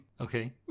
Okay